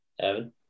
Evan